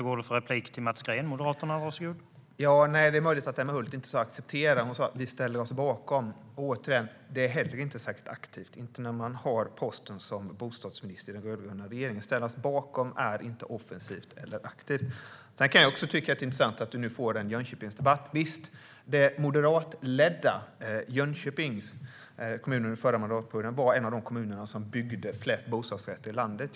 Herr talman! Det är möjligt att Emma Hult inte sa "acceptera". Hon sa att man ställer sig bakom betänkandet. Det är heller inte särskilt aktivt för ett parti som har bostadsministerposten i den rödgröna regeringen. Att ställa sig bakom är inte offensivt eller aktivt. Sedan kan jag också tycka att det är intressant att du får det till en Jönköpingsdebatt. Visst, den då moderatledda Jönköpings kommun var under förra mandatperioden en av de kommuner som byggde flest bostadsrätter i landet.